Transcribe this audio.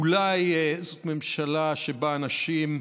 אולי זאת ממשלה שבה האנשים,